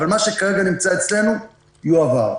אבל מה שכרגע נמצא אצלנו יועבר.